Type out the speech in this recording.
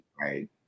right